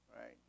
right